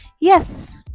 Yes